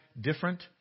different